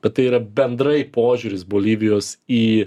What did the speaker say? bet tai yra bendrai požiūris bolivijos į